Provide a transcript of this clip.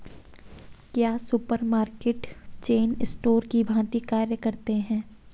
क्या supermarket chain store की भांति कार्य करते हैं?